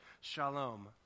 Shalom